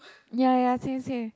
ya ya same same